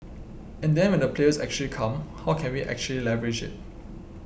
and then when the players actually come how can we actually leverage it